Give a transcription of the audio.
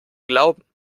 glauben